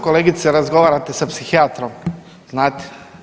Kolegice razgovarate sa psihijatrom, znate.